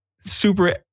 Super